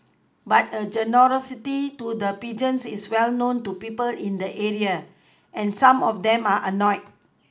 but her generosity to the pigeons is well known to people in the area and some of them are annoyed